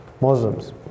Muslims